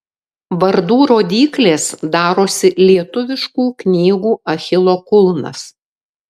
vardų rodyklės darosi lietuviškų knygų achilo kulnas